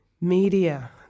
media